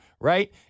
right